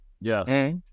Yes